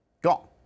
gone